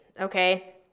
Okay